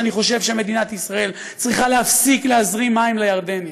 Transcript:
אני חושב שמדינת ישראל צריכה להפסיק להזרים מים לירדנים,